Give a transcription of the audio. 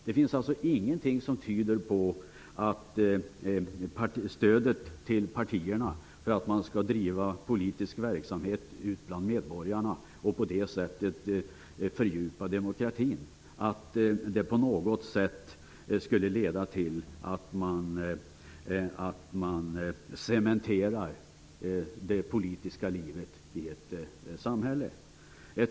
Det finns alltså ingenting som tyder på att stödet till partierna, för att de skall driva politisk verksamhet bland medborgarna och på det sättet fördjupa demokratin på något sätt skulle leda till att man cementerar det politiska livet i ett samhälle.